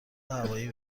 هوایی